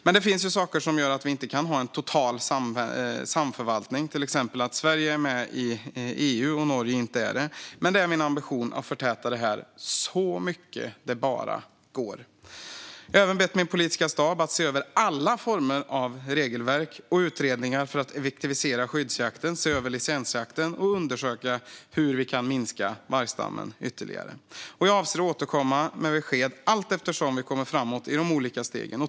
Men det finns saker som gör att vi inte kan ha en total samförvaltning, till exempel att Sverige är med i EU och att Norge inte är det. Men det är min ambition att förtäta detta så mycket det bara går. Jag har även bett min politiska stab att se över alla former av regelverk och utredningar för att effektivisera skyddsjakten, se över licensjakten och undersöka hur vi kan minska vargstammen ytterligare. Jag avser att återkomma med besked allteftersom vi kommer framåt i de olika stegen.